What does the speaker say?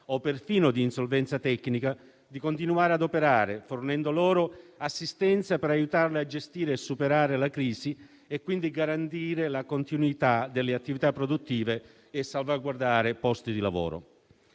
o perfino di insolvenza tecnica, di continuare ad operare, fornendo loro assistenza, per aiutarle a gestire e superare la crisi e quindi garantire la continuità delle attività produttive e salvaguardare i posti di lavoro.